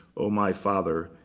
oh my father,